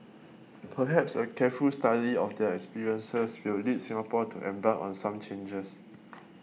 perhaps a careful study of their experiences will lead Singapore to embark on some changes